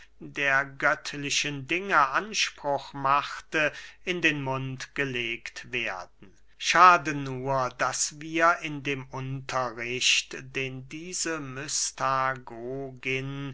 der göttlichen dinge anspruch machte in den mund gelegt werden schade nur daß wir in dem unterricht den diese